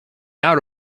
out